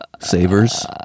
savers